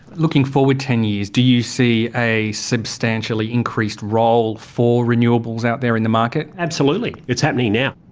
looking forward ten years, do you see a substantially increased role for renewables out there in the market? absolutely. it's happening now.